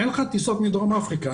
אין לך טיסות מדרום אפריקה.